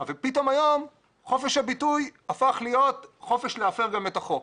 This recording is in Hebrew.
אבל פתאום היום חופש הביטוי הפך להיות חופש להפר גם את החוק.